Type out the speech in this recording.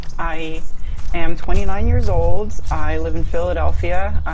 i am twenty nine years old. i live in philadelphia,